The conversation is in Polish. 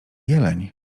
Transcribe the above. jeleń